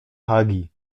hagi